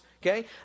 Okay